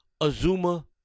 Azuma